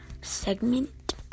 segment